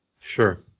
sure